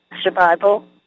survival